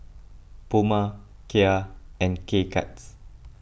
Puma Kia and K Cuts